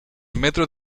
metro